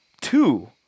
Two